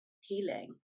healing